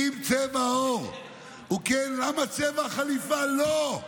אם צבע העור הוא כן, למה צבע החליפה לא?